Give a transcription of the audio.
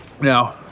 No